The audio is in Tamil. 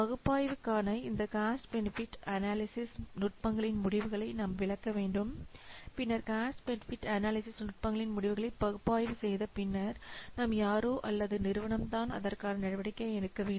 பகுப்பாய்வுக்கான இந்த காஸ்ட் பெனிஃபிட் அனலைசிஸ் நுட்பங்களின் முடிவுகளை நாம் விளக்க வேண்டும் பின்னர் காஸ்ட் பெனிஃபிட் அனலைசிஸ்நுட்பங்களின் முடிவுகளை பகுப்பாய்வு செய்த பின்னர் நாம் யாரோ அல்லதுநிறுவனம் தான் அதற்கான நடவடிக்கை எடுக்க வேண்டும்